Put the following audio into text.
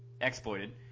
exploited